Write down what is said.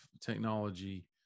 technology